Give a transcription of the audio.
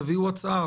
אבל תביאו הצעה.